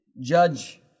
judge